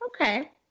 Okay